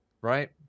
right